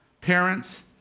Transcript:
Parents